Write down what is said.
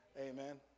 Amen